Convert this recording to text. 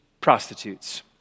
prostitutes